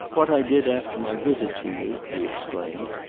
what i did after my visit to you, he explained,